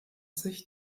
sich